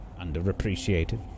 Underappreciated